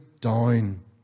down